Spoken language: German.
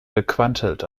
gequantelt